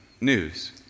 news